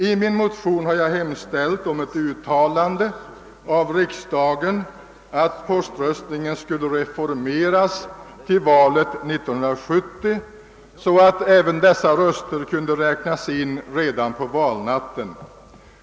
I min motion hade jag hemställt om ett uttalande av riksdagen att poströstningen skulle reformeras till valet 1970 så att även dessa röster kunde räknas in redan på valnatten.